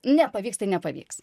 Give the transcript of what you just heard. nepavyks tai nepavyks